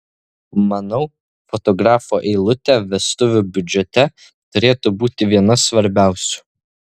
manau fotografo eilutė vestuvių biudžete turėtų būti viena svarbiausių